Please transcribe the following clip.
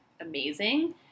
amazing